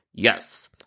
Yes